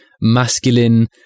masculine